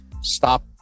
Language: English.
Stop